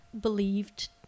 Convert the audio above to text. believed